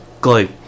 Glue